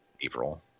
April